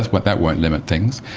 but that won't limit things.